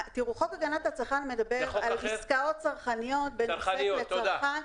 חוק הגנת הצרכן מדבר על עסקאות צרכניות --- לצרכן --- תודה,